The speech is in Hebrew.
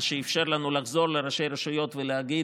מה שאפשר לנו לחזור לראשי רשויות ולהגיד: